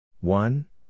one